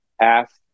ask